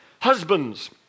Husbands